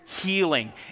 healing